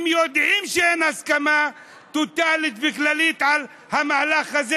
הם יודעים שאין הסכמה טוטלית וכללית על המהלך הזה,